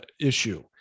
issue